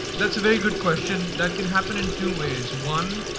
that's a very good question that can happen in two ways. one,